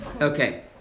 Okay